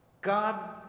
God